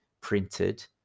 printed